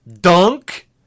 dunk